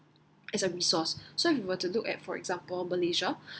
as a resource so if you were to look at for example malaysia